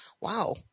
wow